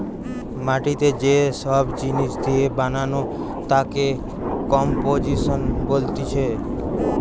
মাটি যে সব জিনিস দিয়ে বানানো তাকে কম্পোজিশন বলতিছে